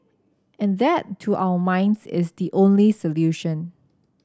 and that to our minds is the only solution